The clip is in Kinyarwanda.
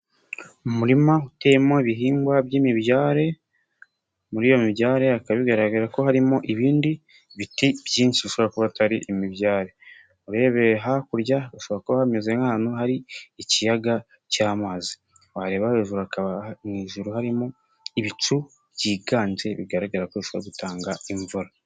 Umurima utewemo ibihingwa by'imibyare, muri iyo mibyare bikaba bigaragara ko harimo ibindi ibiti byinshi bishobora kuba atari imibyare, urebeye hakurya hashobora kuba hameze nk'ahantu hari ikiyaga cy'amazi, wareba hejura mu ijuru harimo ibicu byiganje bigaragara ko bishobora gutanga imvura.